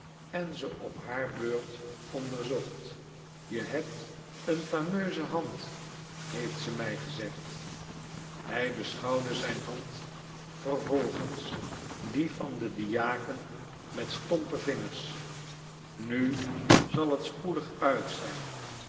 en ze op haar beurt onderzocht je hebt een fameuse hand heeft ze mij gezegd hij beschouwde zijn hand vervolgens die van den diaken met stompe vingers nu zal t spoedig uit zijn